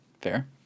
Fair